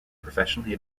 professionally